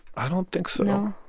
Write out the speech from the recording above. i don't think so